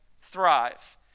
thrive